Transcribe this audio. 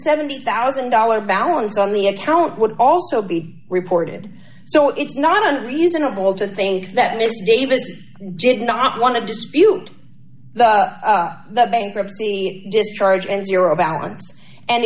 seventy thousand dollars balance on the account would also be reported so it's not a reasonable to think that mr davis did not want to dispute the bankruptcy just charge and zero balance and